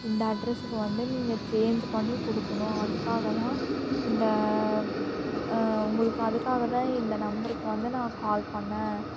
இந்த அட்ரஸுக்கு வந்து நீங்கள் சேஞ்சு பண்ணிக் கொடுக்கணும் அதுக்காக தான் இந்த உங்களுக்கு அதுக்காக தான் இந்த நம்பருக்கு வந்து நான் கால் பண்ணிணேன்